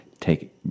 take